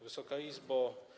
Wysoka Izbo!